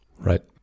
Right